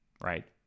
right